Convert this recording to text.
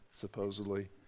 supposedly